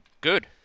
Good